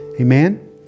Amen